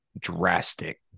drastic